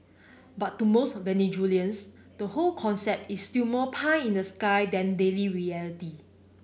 but to most Venezuelans the whole concept is still more pie in the sky than daily reality